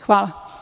Hvala.